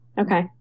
Okay